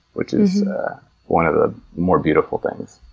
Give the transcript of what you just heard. which is one of the more beautiful things.